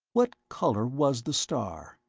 what color was the star?